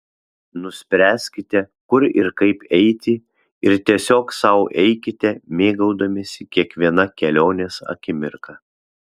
nuspręskite kur ir kaip eiti ir tiesiog sau eikite mėgaudamiesi kiekviena kelionės akimirka